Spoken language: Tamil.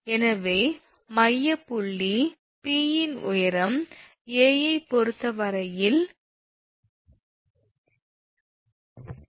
எனவே மையப்புள்ளி P யின் உயரம் A ஐப் பொறுத்தவரையில் 19